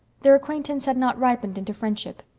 their acquaintance had not ripened into friendship.